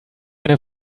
eine